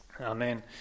Amen